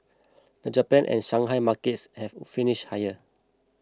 the Japan and Shanghai markets have finished higher